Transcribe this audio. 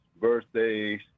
birthdays